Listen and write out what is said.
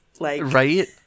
Right